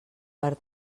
per